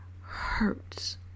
hurts